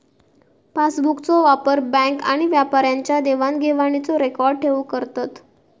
पासबुकचो वापर बॅन्क आणि व्यापाऱ्यांच्या देवाण घेवाणीचो रेकॉर्ड ठेऊक करतत